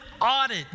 audit